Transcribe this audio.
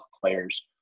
players